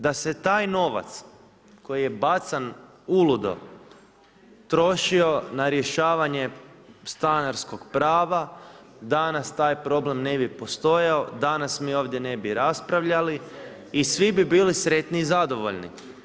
Da se taj novac koji je bacan uludo trošio na rješavanje stanarskog prava danas taj problem ne bi postojao, danas mi ovdje ne bi raspravljali i svi bi bili sretni i zadovoljni.